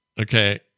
okay